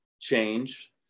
change